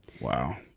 Wow